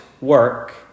work